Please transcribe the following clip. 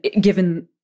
given